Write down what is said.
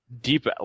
deep